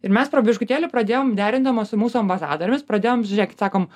ir mes biškutėlį pradėjom derindamos su mūsų ambasadorėmis pradėjom žiūrėkit sakom